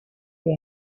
que